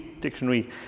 dictionary